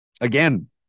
again